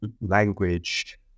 language